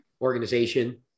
organization